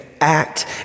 act